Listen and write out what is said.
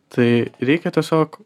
tai reikia tiesiog